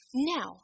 Now